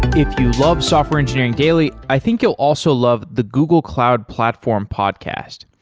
if you love software engineering daily, i think you'll also love the google cloud platform podcast.